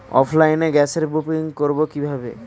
অফলাইনে গ্যাসের বুকিং করব কিভাবে?